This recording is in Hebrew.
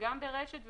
ברש"ת,